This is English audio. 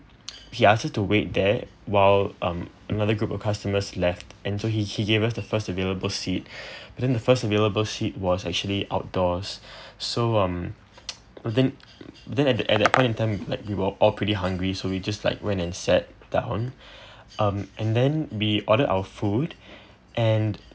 he asked us to wait there while um another group of customers left and so he he gave us the first available seat and then the first available seat was actually outdoors so um then then at that point of time like we were all pretty hungry so we just like went and sat down um and then we order our food and